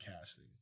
casting